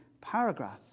paragraph